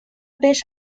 beş